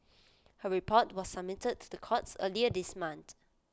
her report was submitted to the courts earlier this month